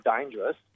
dangerous